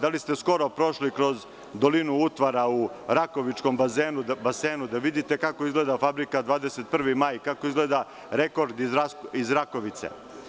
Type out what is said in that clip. Da li ste skoro prošli kroz dolinu utvara u rakovičkom basenu, da vidite kako izgleda Fabrika „21. maj“, kako izgleda rekord iz Rakovice?